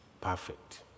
perfect